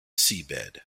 seabed